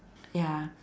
ya